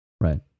Right